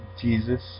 Jesus